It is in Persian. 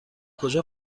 کجا